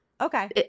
Okay